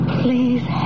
please